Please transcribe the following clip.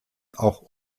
auch